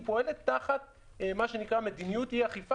היא פועלת תחת מה שנקרא "מדיניות אי-אכיפה",